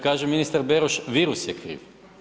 Kaže ministar Beroš, virus je kriv.